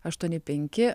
aštuoni penki